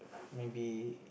maybe